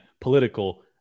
political